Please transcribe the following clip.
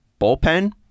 bullpen